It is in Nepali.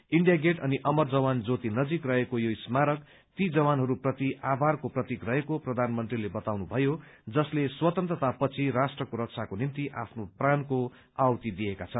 इण्डिया गेट अनि अमर जवान ज्योति नजिक रहेको यो स्मारक ती जवानहरू प्रति आभारको प्रतीक रहेको प्रधानमन्त्रीले बताउनुभयो जसले स्वतन्त्रता पछि राष्ट्रको रक्षाको निम्ति आफ्नो प्राणको आहुति दिएका छन्